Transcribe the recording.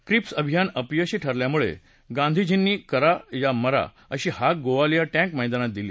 Cripps अभियान अपयशी ठरल्यामुळे गांधीजींनी करा या मरा अशी हाक गोवालिया टँक मैदानात दिली